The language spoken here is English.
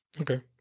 Okay